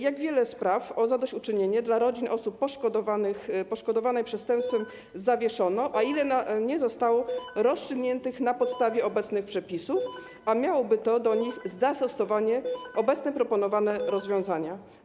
Jak wiele spraw o zadośćuczynienie dla rodzin osób poszkodowanych przestępstwem zawieszono, a ile nie zostało rozstrzygniętych na podstawie obecnych przepisów, a miałoby to do nich zastosowanie obecnie proponowane rozwiązanie.